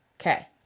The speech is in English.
Okay